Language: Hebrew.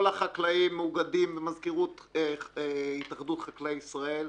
כל החקלאים מאוגדים במזכירות התאחדות חקלאי ישראל.